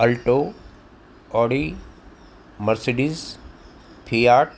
alto Audi Mercedes Fiat